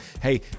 hey